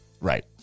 right